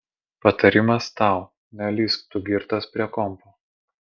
patarimas tau nelįsk tu girtas prie kompo